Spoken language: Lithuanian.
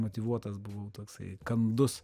motyvuotas buvau toksai kandus